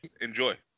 enjoy